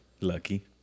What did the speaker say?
Lucky